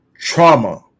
trauma